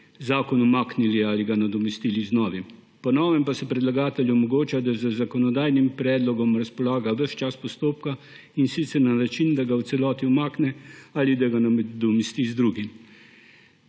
zakon umaknili ali ga nadomestili z novim. Po novem pa se predlagateljem omogoča, da z zakonodajnim predlogom razpolagajo ves čas postopka, in sicer na način, da ga v celoti umakne ali da ga nadomesti z drugim.